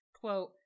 quote